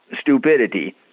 stupidity